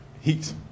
heat